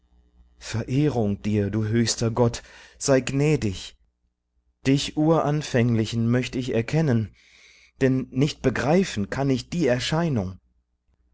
verehrung dir du höchster gott sei gnädig dich uranfänglichen möcht ich erkennen denn nicht begreifen kann ich die erscheinung